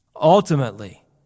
Ultimately